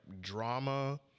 drama